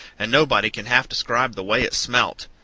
and nobody can half describe the way it smelt.